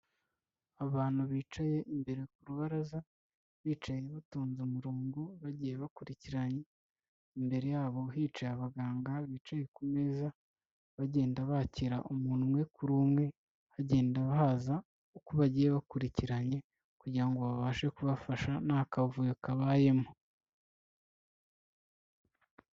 Abantu bicaye imbere ku rubaraza bicaye batonze umurongo bagiye bakurikiranye, imbere yabo hicaye abaganga bicaye ku meza bagenda bakira umuntu umwe kuri umwe hagenda bahaza uko bagiye bakurikiranye kugira ngo babashe kubafasha nta kavuyo kabayemo.